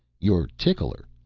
your tickler.